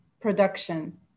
production